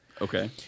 Okay